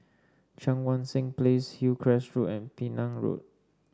Cheang Wan Seng Place Hillcrest Road and Penang Road